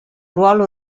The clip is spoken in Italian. ruolo